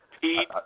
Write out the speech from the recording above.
Pete